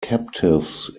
captives